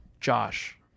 Josh